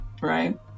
right